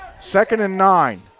second and nine.